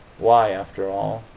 why, after all,